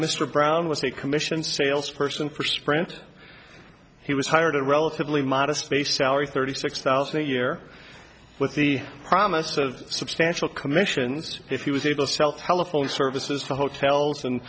mr brown was a commissioned salesperson for sprint he was hired at a relatively modest base salary thirty six thousand a year with the promise of substantial commissions if he was able to sell telephone services for hotels and